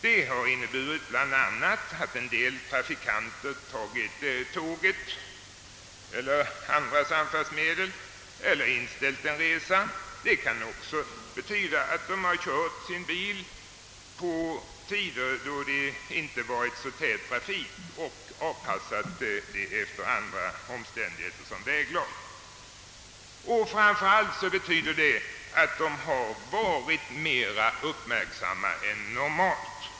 Detta har bl.a. inneburit att en del trafikanter tagit tåget eller använt andra samfärdsmedel eller inställt sina resor. Det kan också betyda att de kört sina bilar på tider då det inte varit så tät trafik, eller också har de anpassat sin körning efter väglaget o. s. v. Framför allt betyder det att de varit mer uppmärksamma än normalt.